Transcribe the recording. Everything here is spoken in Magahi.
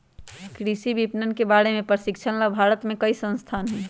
कृषि विपणन के बारे में प्रशिक्षण ला भारत में कई संस्थान हई